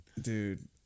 Dude